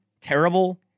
Terrible